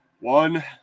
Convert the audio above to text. one